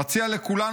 "מציע לכולנו,